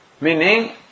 Meaning